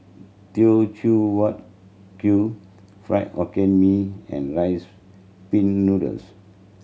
Teochew Huat Kuih Fried Hokkien Mee and Rice Pin Noodles